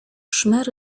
szmer